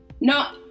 No